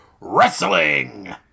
WRESTLING